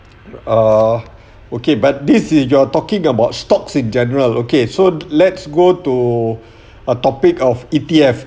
err okay but this is you are talking about stocks in general okay so let's go to a topic of E_T_F